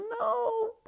no